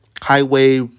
highway